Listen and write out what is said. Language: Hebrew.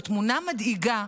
זו תמונה מדאיגה,